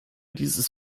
dieses